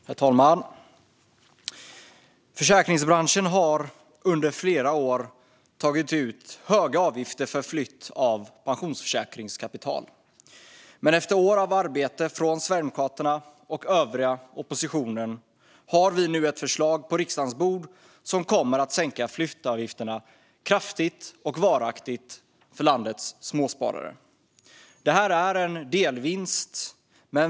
Herr talman! Försäkringsbranschen har under flera år tagit ut höga avgifter för flytt av pensionsförsäkringskapital. Men efter år av arbete från Sverigedemokraterna och övriga oppositionen har vi nu ett förslag på riksdagens bord som kommer att sänka flyttavgifterna kraftigt och varaktigt för landets småsparare. Det här är en delvinst.